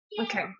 okay